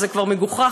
זה מגוחך,